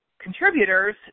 contributors